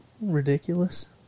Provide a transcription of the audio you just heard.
ridiculous